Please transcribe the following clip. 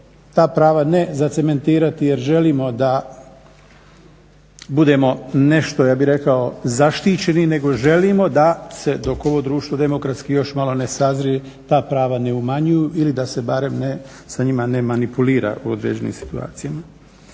ta prava ne zacementirati jer želimo da budemo nešto, ja bih rekao zaštićeniji nego želimo da se dok ovo društvo demokratski još malo ne sazrije, ta prava ne umanjuju ili da se barem sa njima ne manipulira u određenim situacijama.